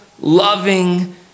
loving